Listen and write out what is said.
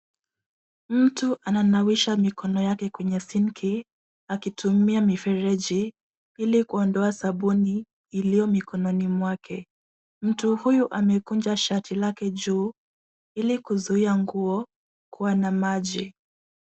Mtu ananawisha mikono yake kwenye sinki akitumia mifereji ili kuondoa sabuni iliyo mikononi mwake. Mtu huyu amekunja shati lake juu ili kuzuia nguo kuwa na maji.